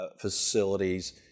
facilities